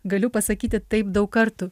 galiu pasakyti taip daug kartų